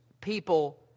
people